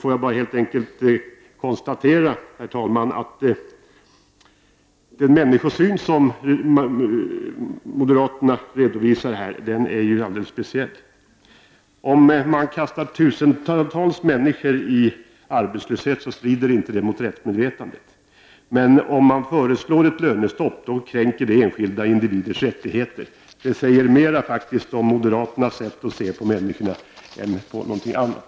Jag får därför helt enkelt bara konstatera, herr talman, att den människosyn som moderaterna här visar upp är alldeles speciell: Att man kastar ut tusentals människor i arbetslöshet strider inte mot rättsmedvetandet, men ett förslag om ett lönestopp kränker enskilda individers rättigheter. Det säger faktiskt mer om moderaternas sätt att se på människorna än någonting annat.